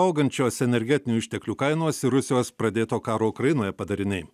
augančios energetinių išteklių kainos ir rusijos pradėto karo ukrainoje padariniai